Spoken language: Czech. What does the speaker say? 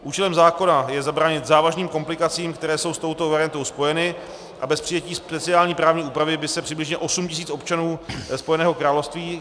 Účelem zákona je zabránit závažným komplikacím, které jsou s touto variantou spojeny, a bez přijetí speciální právní úpravy by se přibližně 8 tisíc občanů Spojeného království